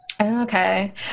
Okay